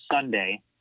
Sunday